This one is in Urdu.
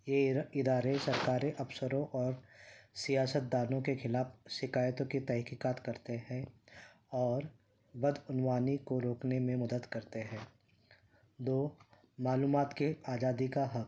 یہ ادارے سرکاری افسروں اور سیاست دانوں کے خلاف شکایتوں کی تحقیقات کرتے ہیں اور بد عنوانی کو روکنے میں مدد کرتے ہیں دو معلومات کے آزادی کا حق